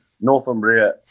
Northumbria